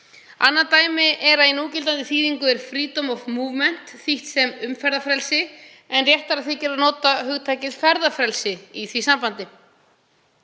Annað dæmi er að í núgildandi þýðingu er „freedom of movement“ þýtt sem umferðarfrelsi, en réttara þykir að nota hugtakið ferðafrelsi í því sambandi.